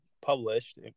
published